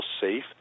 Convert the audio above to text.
safe